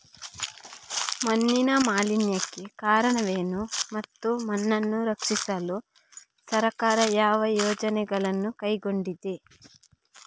ಮಣ್ಣಿನ ಮಾಲಿನ್ಯಕ್ಕೆ ಕಾರಣವೇನು ಮತ್ತು ಮಣ್ಣನ್ನು ಸಂರಕ್ಷಿಸಲು ಸರ್ಕಾರ ಯಾವ ಯೋಜನೆಗಳನ್ನು ಕೈಗೊಂಡಿದೆ?